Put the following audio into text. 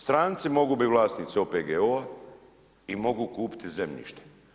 Stranci mogu biti vlasnici OPG-ova i mogu kupiti zemljište.